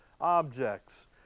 objects